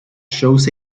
shows